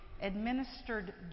administered